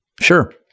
Sure